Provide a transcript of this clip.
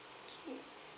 okay